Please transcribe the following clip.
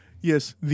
yes